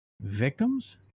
victims